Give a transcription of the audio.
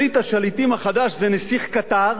שליט השליטים החדש זה נסיך קטאר.